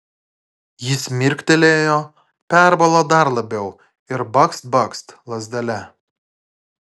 jis mirktelėjo perbalo dar labiau ir bakst bakst lazdele